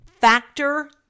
Factor